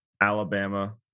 Alabama